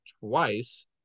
twice